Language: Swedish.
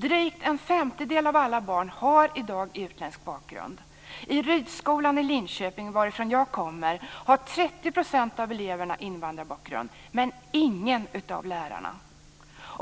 Drygt en femtedel av alla barn har i dag utländsk bakgrund. I Rydskolan i Linköping, varifrån jag kommer, har 30 % av eleverna invandrarbakgrund men ingen av lärarna.